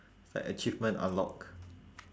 like achievement unlocked